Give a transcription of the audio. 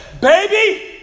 Baby